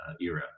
era